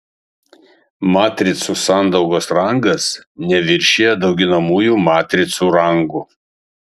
matricų sandaugos rangas neviršija dauginamųjų matricų rangų